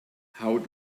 how